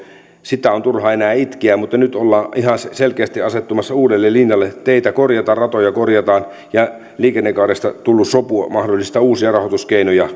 sitä on turha enää itkeä mutta nyt ollaan ihan selkeästi asettumassa uudelle linjalle teitä korjataan ratoja korjataan ja liikennekaaresta tullut sopu mahdollistaa uusia rahoituskeinoja